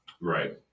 Right